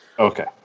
Okay